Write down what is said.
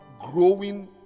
growing